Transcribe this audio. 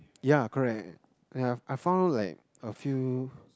ya correct ya I found like a few